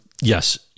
yes